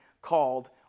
called